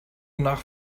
nach